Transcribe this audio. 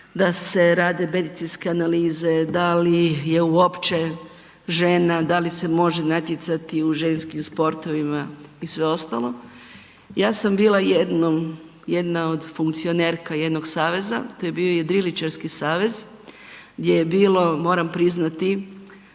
da se rade medicinske analize, da li je uopće žena, da li se može natjecati u ženskim sportovima i sve ostalo. Ja sam bila jednom jedna od funkcionerka jednog saveza, to je bio jedriličarski savez gdje je bilo, moram priznati